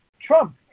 Trump